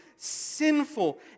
sinful